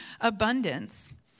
Abundance